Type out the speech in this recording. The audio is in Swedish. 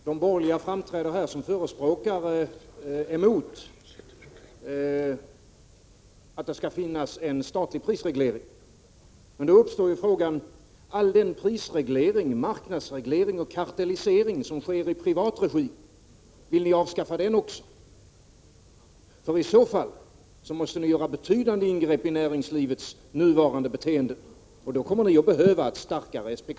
Herr talman! De borgerliga företrädarna talar här emot att det skall finnas en statlig prisreglering. Då uppstår frågan: All den prisreglering, marknadsreglering och kartellisering som sker i privat regi — vill ni avskaffa den också? I så fall måste ni göra betydande ingrepp i näringslivets nuvarande beteenden, och då kommer ni att behöva ett starkare SPK.